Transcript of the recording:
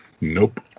Nope